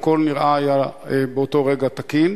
והכול נראה היה באותו רגע תקין.